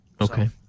Okay